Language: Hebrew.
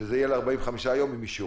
שזה יהיה ל-45 יום עם אישור.